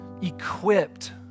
Equipped